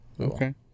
Okay